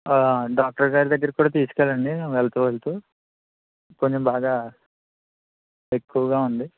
ఆ డాక్టర్ గారి దగ్గరికి కూడా తీసుకెళ్లండి వెళ్తూ వెళ్తూ కొంచం బాగా ఎక్కువగా ఉంది